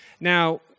Now